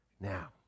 Now